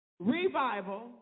Revival